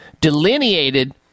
delineated